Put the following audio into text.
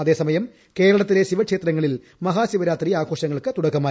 അതേസമയം കേരളത്തിലെ ശിവക്ഷേത്രങ്ങളിൽ മഹാശിവരാത്രി ആഘോഷങ്ങൾക്ക് തുടക്കമായി